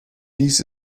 dies